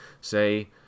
say